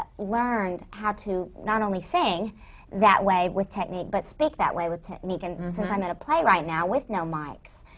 ah learned how to not only sing that way with technique, but speak that way with technique. and since i'm in a play right now, with no mikes,